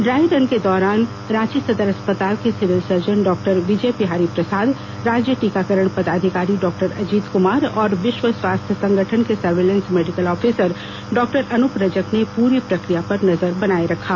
dry run के दौरान रांची सदर अस्पताल के civil surgeon doctor Vijay Bihari Prasad राज्य टीकाकरण पदाधिकारी डॉक्टर अजीत कुमार और विश्व स्वास्थ्य संगठन के surveillance medical officer doctor Anup Rajak ने पूरी प्रक्रिया पर नजर बनाए रखा